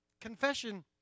Confession